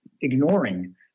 ignoring